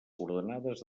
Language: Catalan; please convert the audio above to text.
coordenades